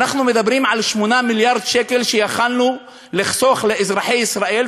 אנחנו מדברים על 8 מיליארד שקלים שיכולנו לחסוך לאזרחי ישראל,